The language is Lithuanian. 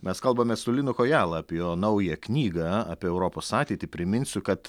mes kalbamės su linu kojala apie jo naują knygą apie europos ateitį priminsiu kad